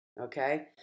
Okay